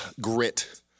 grit